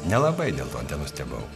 nelabai dėl to tenustebau